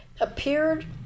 appeared